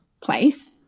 place